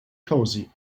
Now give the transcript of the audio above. cosy